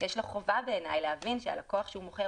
בעיניי יש לו חובה לוודא שהלקוח שהוא מוכר